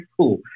cool